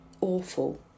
awful